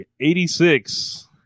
86